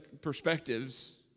perspectives